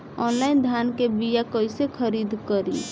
Online धान के बीया कइसे खरीद करी?